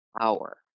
power